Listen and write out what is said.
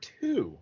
two